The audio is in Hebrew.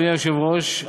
אדוני היושב-ראש,